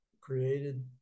created